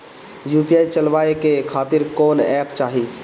UPI चलवाए के खातिर कौन एप चाहीं?